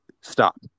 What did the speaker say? stop